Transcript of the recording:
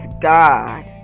God